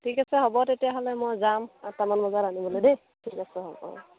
ঠিক আছে হ'ব তেতিয়াহ'লে মই যাম আঠটামান বজাত আনিবলৈ দেই ঠিক আছে হ'ব